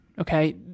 Okay